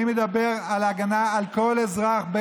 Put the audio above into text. אני מדבר על הגנה על כל אזרח,